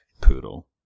poodle